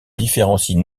différencie